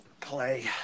play